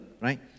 right